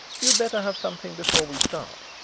you'd better have something before we start.